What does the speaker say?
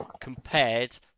compared